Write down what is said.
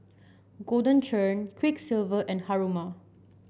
Golden Churn Quiksilver and Haruma